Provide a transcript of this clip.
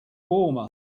warmer